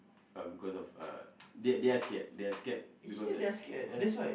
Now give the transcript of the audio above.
um because of uh they they are scared they are scared because right ya